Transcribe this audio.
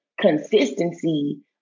consistency